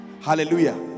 Hallelujah